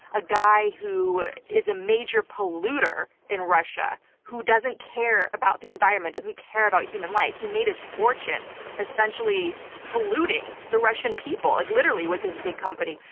a guy who is a major polluter in russia, who doesn't care about the environment, doesn't care about human life. he made his fortune essentially polluting the russian people, like literally, with his big company,